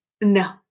No